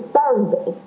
Thursday